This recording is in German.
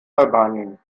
albanien